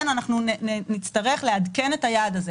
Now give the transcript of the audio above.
אנחנו נצטרך לעדכן את היעד הזה.